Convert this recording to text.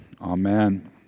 Amen